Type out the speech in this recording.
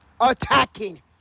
attacking